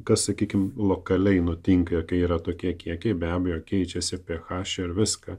kas sakykime lokaliai nutinka kai yra tokie kiekiai be abejo keičiasi ph ir viską